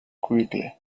quickly